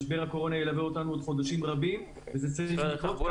משבר הקורונה ילווה אותנו עוד חודשים רבים וזה צריך לקרות.